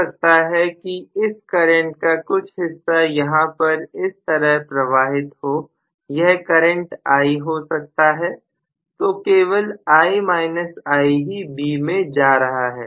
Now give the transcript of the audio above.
हो सकता है कि इस करंट का कुछ हिस्सा यहां पर इस तरह प्रवाहित हो यह करंट i हो सकता है तो केवल I i ही B में जा रहा है